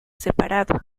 separado